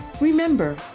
Remember